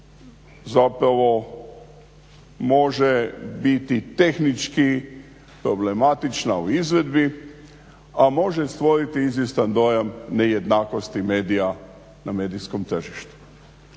zapravo može biti tehnički problematična u izvedbi, a može stvoriti izvjestan dojam nejednakosti medija na medijskom tržištu.